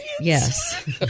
Yes